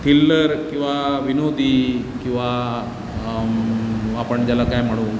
थिल्लर किंवा विनोदी किंवा आपण ज्याला काय म्हणू